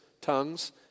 tongues